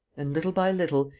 and, little by little,